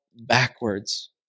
backwards